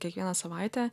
kiekvieną savaitę